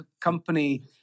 company